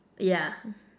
yeah